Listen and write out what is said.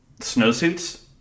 snowsuits